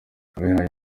abihaye